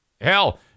Hell